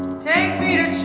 take me to